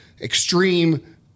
extreme